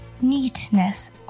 Neatness